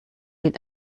mit